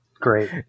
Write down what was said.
Great